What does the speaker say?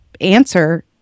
answer